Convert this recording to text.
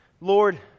Lord